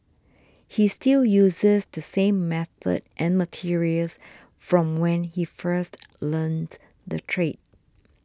he still uses the same method and materials from when he first learnt the trade